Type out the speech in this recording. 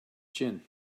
chin